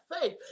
faith